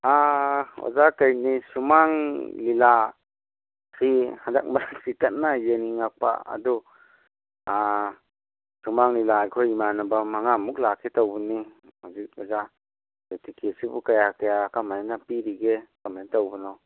ꯑꯥ ꯑꯣꯖꯥ ꯀꯩꯅꯤ ꯁꯨꯃꯥꯡ ꯂꯤꯂꯥ ꯁꯤ ꯍꯟꯗꯛ ꯃꯔꯛꯁꯤ ꯀꯟꯅ ꯌꯦꯡꯅꯤꯡꯉꯛꯄ ꯑꯗꯨ ꯁꯨꯃꯥꯡ ꯂꯤꯂꯥ ꯑꯩꯈꯣꯏ ꯏꯃꯥꯟꯅꯕ ꯃꯉꯥꯃꯨꯛ ꯂꯥꯛꯀꯦ ꯇꯧꯕꯅꯤ ꯑꯗꯨ ꯑꯣꯖꯥ ꯑꯩꯈꯣꯏ ꯇꯤꯀꯦꯠꯁꯤꯕꯨ ꯀꯌꯥ ꯀꯌꯥ ꯀꯃꯥꯏꯅ ꯄꯤꯔꯤꯒꯦ ꯀꯃꯥꯏꯅ ꯇꯧꯕꯅꯣ